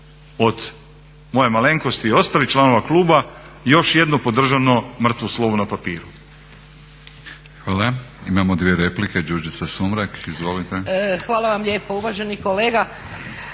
od moje malenkosti i ostalih članova kluba još jedno podržano mrtvo slovo na papiru.